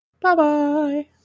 bye-bye